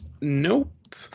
nope